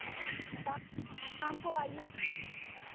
कल शाम को आइएगा